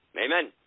Amen